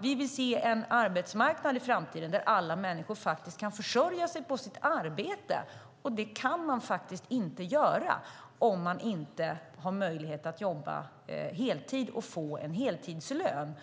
Vi vill se en arbetsmarknad i framtiden där alla människor kan försörja sig på sitt arbete, och det kan man inte göra om man inte har möjlighet att jobba heltid och få en heltidslön.